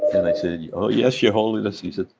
and i said oh yes, your holiness. he said,